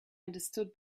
understood